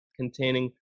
containing